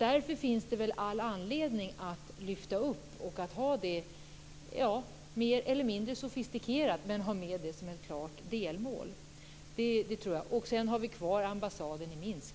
Därför finns det all anledning att lyfta upp detta och att - mer eller mindre sofistikerat - ha med det som ett klart delmål. Sedan har vi kvar frågan om ambassaden i Minsk,